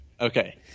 okay